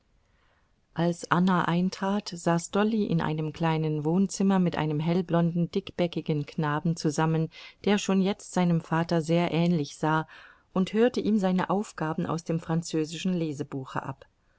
als anna eintrat saß dolly in einem kleinen wohnzimmer mit einem hellblonden dickbäckigen knaben zusammen der schon jetzt seinem vater sehr ähnlich sah und hörte ihm seine aufgaben aus dem französischen lesebuche ab